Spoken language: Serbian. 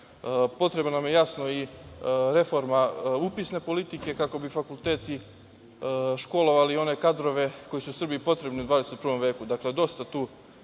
znanja. Potrebna nam je jasna reforma i upisne politike, kako bi fakulteti školovali one kadrove koji su Srbiji potrebni u 21. veku. Dakle, dosta tu